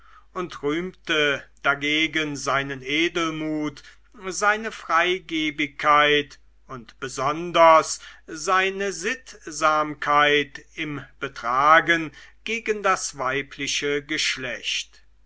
und rühmte dagegen seinen edelmut seine freigebigkeit und besonders seine sittsamkeit im betragen gegen das weibliche geschlecht